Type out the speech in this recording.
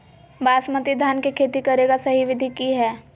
बासमती धान के खेती करेगा सही विधि की हय?